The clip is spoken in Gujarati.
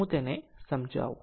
આમ તેને સમજાવું